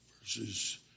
verses